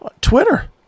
Twitter